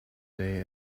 day